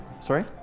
Sorry